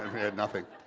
had nothing.